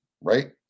right